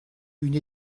une